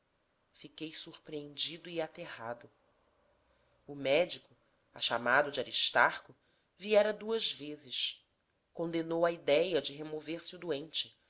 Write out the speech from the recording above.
fiquei surpreendido e aterrado o médico a chamado de aristarco viera duas vezes condenou a idéia de remover se o doente